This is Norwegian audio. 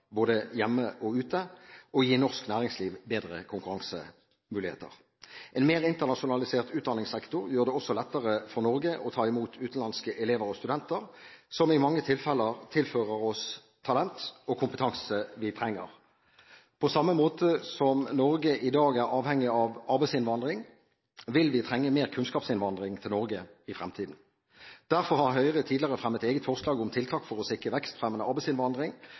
både hjemme og ute og gi norsk næringsliv bedre konkurransemuligheter. En mer internasjonalisert utdanningssektor gjør det også lettere for Norge å ta imot utenlandske elever og studenter som i mange tilfeller tilfører oss talent og kompetanse vi trenger. På samme måte som Norge i dag er avhengig av arbeidsinnvandring, vil vi trenge mer kunnskapsinnvandring til Norge i fremtiden. Derfor har Høyre tidligere fremmet eget forslag om tiltak for å sikre vekstfremmende arbeidsinnvandring